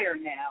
now